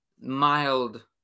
mild